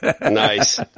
Nice